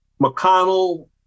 McConnell